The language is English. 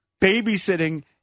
Babysitting